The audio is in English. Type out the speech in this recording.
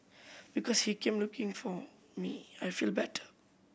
because he came looking for me I feel better